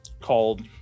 called